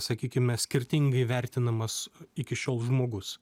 sakykime skirtingai vertinamas iki šiol žmogus